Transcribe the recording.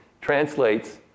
translates